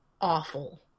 awful